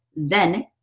Zen